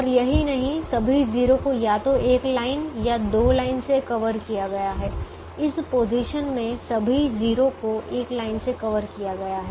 और यही नहीं सभी 0 को या तो एक लाइन या दो लाइन से कवर किया गया है इस पोजीशन में सभी 0 को एक लाइन से कवर किया गया है